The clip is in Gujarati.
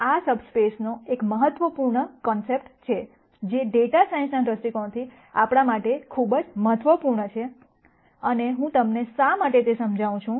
તેથી આ સબસ્પેસનો એક મહત્વપૂર્ણ કોન્સેપ્ટ છે જે ડેટા સાયન્સના દૃષ્ટિકોણથી આપણા માટે ખૂબ જ મહત્વપૂર્ણ છે અને હું તમને શા માટે તે સમજાવું છું